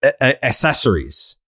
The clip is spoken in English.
accessories